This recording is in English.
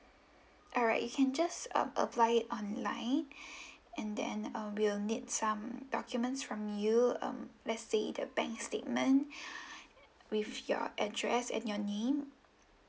alright you can just um apply it online and then uh we will need some documents from you um let's say the bank statement with your address and your name